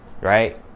right